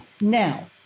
Now